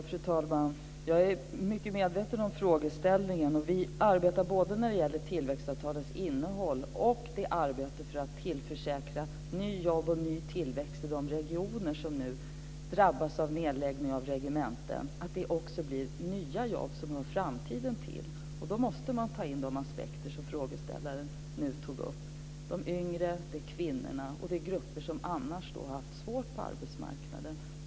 Fru talman! Jag är mycket medveten om frågeställningen. Både när det gäller tillväxtavtalens innehåll och när det gäller arbetet med att tillförsäkra nya jobb och ny tillväxt i de regioner som nu drabbas av nedläggning av regementen arbetar vi på att det blir nya jobb som hör framtiden till. Då måste man ta med de aspekter som frågeställaren här tog upp. Det gäller alltså de yngre, kvinnorna och de grupper som annars haft svårt på arbetsmarknaden.